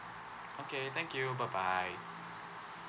okay thank you bye bye